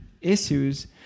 issues